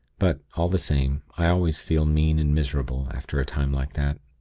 but, all the same, i always feel mean and miserable, after a time like that.